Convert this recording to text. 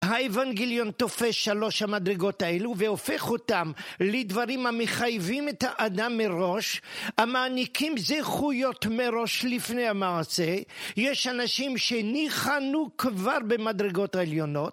האבנגליון תופש שלוש המדרגות האלו והופך אותם לדברים המחייבים את האדם מראש, המעניקים זכויות מראש לפני המעשה. יש אנשים שניחנו כבר במדרגות העליונות.